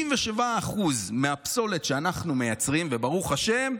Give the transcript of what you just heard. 77% מהפסולת שאנחנו מייצרים, וברוך השם,